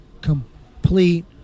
complete